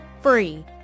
free